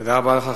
תודה רבה לך,